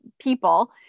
people